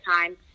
time